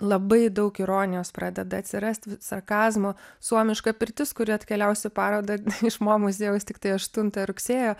labai daug ironijos pradeda atsirast v sarkazmo suomiška pirtis kuri atkeliaus į parodą iš mo muziejaus tiktai aštuntą rugsėjo